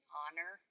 honor